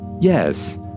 Yes